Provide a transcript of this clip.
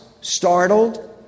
startled